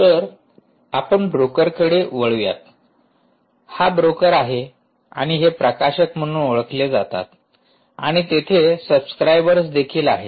तर आपण ब्रोकरकडे वळूया हा ब्रोकर आहे आणि हे प्रकाशक म्हणून ओळखले जातात आणि तेथे सबस्क्राइबर्स देखील आहेत